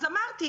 אז אמרתי,